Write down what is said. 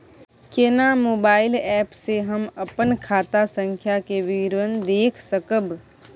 केना mobile app से हम अपन खाता संख्या के विवरण देख सकब?